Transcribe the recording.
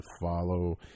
follow